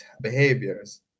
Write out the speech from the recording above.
behaviors